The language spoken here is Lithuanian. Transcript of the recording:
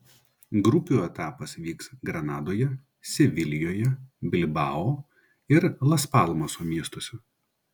grupių etapas vyks granadoje sevilijoje bilbao ir las palmaso miestuose